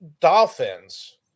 Dolphins